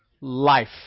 life